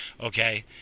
okay